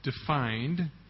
defined